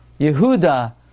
Yehuda